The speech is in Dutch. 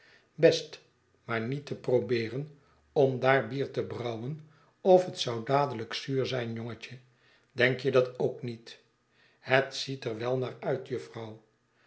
best maar niet te probeeren om daar bier te brouwen of het zou dadelijk zuur zijn jongetje denk je dat ook niet het ziet er wel naar uit jufvrouw